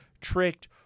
tricked